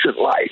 life